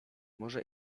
może